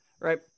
right